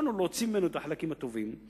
יכולנו להוציא ממנו את החלקים הטובים,